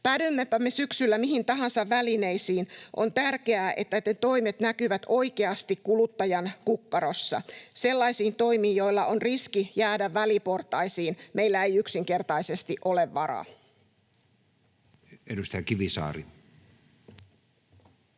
Päädyimmepä me syksyllä mihin tahansa välineisiin, on tärkeää, että ne toimet näkyvät oikeasti kuluttajan kukkarossa. Sellaisiin toimiin, joilla on riski jäädä väliportaisiin, meillä ei yksinkertaisesti ole varaa. [Speech 56]